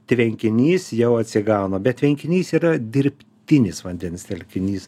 tvenkinys jau atsigauna bet tvenkinys yra dirbtinis vandens telkinys